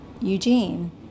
Eugene